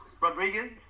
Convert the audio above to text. Rodriguez